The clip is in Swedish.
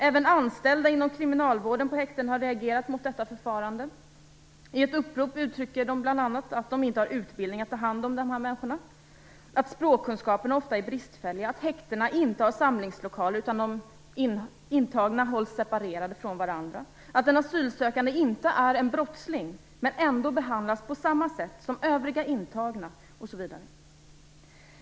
Även anställda inom kriminalvården på häkten har reagerat mot detta förfarande. I ett upprop uttrycker de bl.a. att de inte har utbildning i att ta hand om dessa människor, att språkkunskaperna ofta är bristfälliga, att häktena inte har samlingslokaler utan att de intagna hålls separerade från varandra, att en asylsökande inte är en brottsling men ändå behandlas på samma sätt som övriga intagna osv.